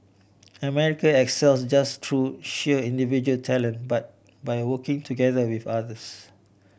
America excels just through sheer individual talent but by working together with others